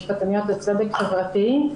משפטניות לצדק חברתי,